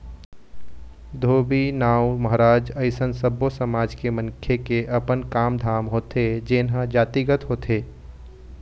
धोबी, नाउ, महराज अइसन सब्बो समाज के मनखे के अपन काम धाम होथे जेनहा जातिगत होथे